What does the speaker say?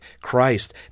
Christ